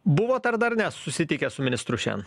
buvot ar dar ne susitikę su ministru šian